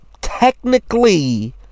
technically